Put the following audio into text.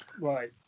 right